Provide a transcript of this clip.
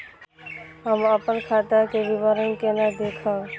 हम अपन खाता के विवरण केना देखब?